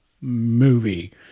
movie